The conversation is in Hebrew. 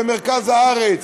במרכז הארץ,